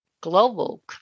global